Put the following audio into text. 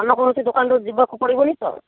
ଅନ୍ୟ କୌଣସି ଦୋକାନ ରୁ ଯିବାକୁ ପଡ଼ିବନି ତ